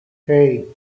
hey